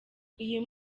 uyu